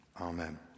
Amen